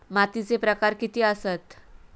मातीचे प्रकार किती आसत?